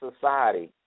society